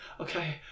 okay